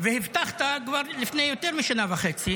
והבטחת כבר לפני יותר משנה וחצי